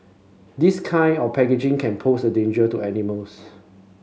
this kind of packaging can pose a danger to animals